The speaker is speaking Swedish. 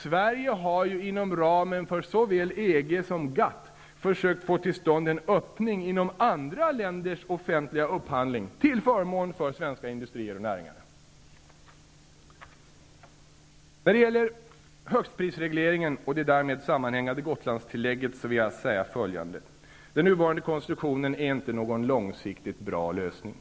Sverige har ju inom ramen för såväl EG som GATT försökt få till stånd en öppning inom andra länders offentliga upphandling till förmån för svenska industrier och näringar. När det gäller högstprisregleringen och det därmed sammanhängande Gotlandstillägget vill jag säga följande. Den nuvarande konstruktionen är inte någon långsiktigt bra lösning.